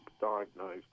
diagnosed